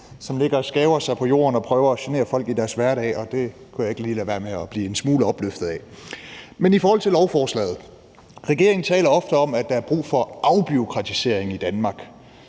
og skaber sig på jorden og prøver at genere folk i deres hverdag, væk. Det kunne jeg ikke lige lade være med at blive en smule opløftet af. I forhold til lovforslaget vil jeg sige, at regeringen ofte taler om, at der er brug for afbureaukratisering i Danmark,